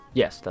yes